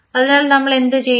അതിനാൽ നമ്മൾ എന്തു ചെയ്യും